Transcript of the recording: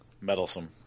Meddlesome